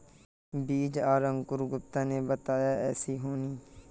बीज आर अंकूर गुप्ता ने बताया ऐसी होनी?